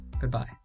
goodbye